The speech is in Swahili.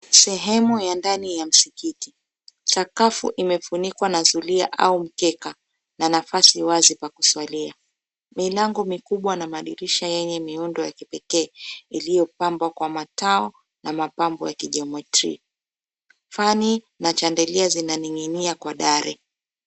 Sehemu ya ndani ya msikiti, sakafu imefunikwa na zulia au mkeka na nafasi wazi pa kuswalia. Milango mikubwa na madirisha yenye miundo ya kipekee iliopambwa kwa matao na mapambo ya kijiometri. Fani na chandelier zinaning'inia kwa dari.